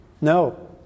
no